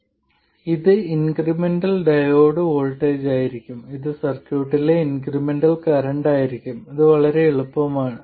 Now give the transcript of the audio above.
അതിനാൽ ഇത് incremental diode voltage ആയിരിക്കും ഇത് സർക്യൂട്ടിലെ ഇൻക്രിമെന്റൽ കറന്റ് ആയിരിക്കും ഇത് വളരെ എളുപ്പമാണ്